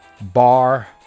bar